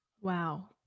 Wow